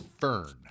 fern